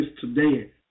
today